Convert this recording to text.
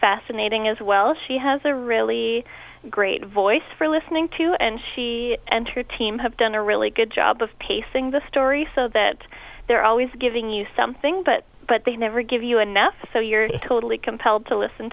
fascinating as well she has a really great voice for listening to and she and her team have done a really good job of pacing the story so that they're always giving you something but but they never give you enough so you're totally compelled to listen